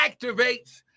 activates